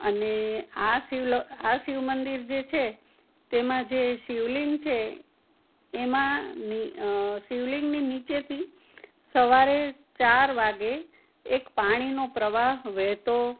અને આ આ શિવ મંદિર જે છે તેમાં જે શિવલિંગ છે એમાંની શિવલિંગની નીચેથી સવારે ચાર વાગ્યે એક પાણીનો પ્રવાહ વહેતો